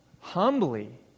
humbly